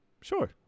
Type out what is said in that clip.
Sure